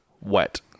wet